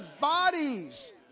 bodies